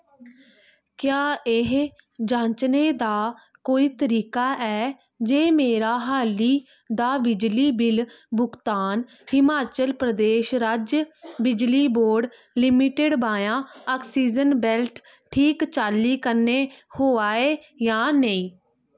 क्या एह् जांचने दा कोई तरीका ऐ जे मेरा हाली दा बिजली बिल भुगतान हिमाचल प्रदेश राज्य बिजली बोर्ड लिमिटेड वाया ऑक्सीजन वॉलेट ठीक चाल्ली कन्नै होआ ऐ जां नेईं